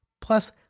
Plus